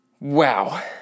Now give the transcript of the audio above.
Wow